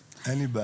אין לי בעיה.